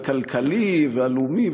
הכלכלי והלאומי,